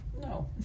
No